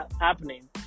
happening